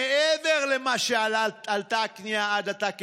מעבר למה שעלתה הקנייה עד עתה,